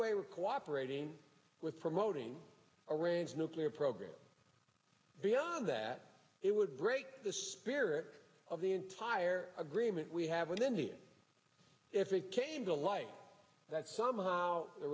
way we're cooperating with promoting a range nuclear program beyond that it would break the spirit of the entire agreement we have with india if it came to light that somehow there